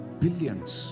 billions